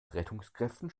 rettungskräften